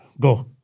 go